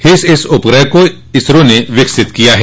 HysIS उपग्रह को इसरो ने विकसित किया है